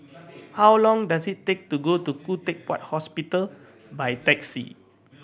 how long does it take to go to Khoo Teck Puat Hospital by taxi